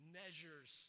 measures